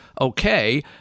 okay